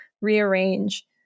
rearrange